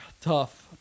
tough